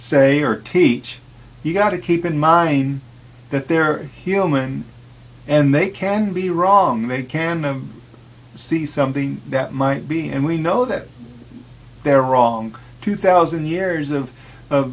say or teach you got to keep in mind that there hilman and they can be wrong they can see something that might be and we know that they're wrong two thousand years of